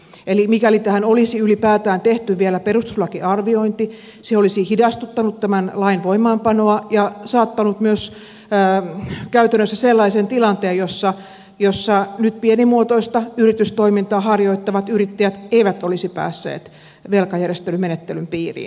eli mikäli tähän olisi ylipäätään tehty vielä perustuslakiarviointi se olisi hidastuttanut tämän lain voimaanpanoa ja saanut myös aikaan käytännössä sellaisen tilanteen jossa nyt pienimuotoista yritystoimintaa harjoittavat yrittäjät eivät olisi päässeet velkajärjestelymenettelyn piiriin